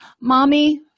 Mommy